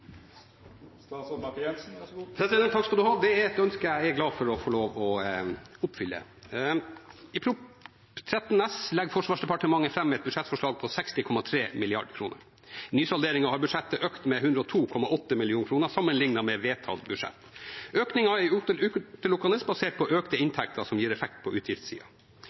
et ønske jeg er glad for å få lov til å oppfylle. I Prop. 13 S legger Forsvarsdepartementet fram et budsjettforslag på 60,3 mrd. kr. I nysalderingen har budsjettet økt med 102,8 mill. kr sammenlignet med vedtatt budsjett. Økningen er utelukkende basert på økte inntekter som gir effekt på